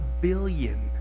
billion